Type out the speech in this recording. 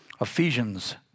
Ephesians